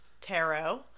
Tarot